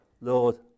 Lord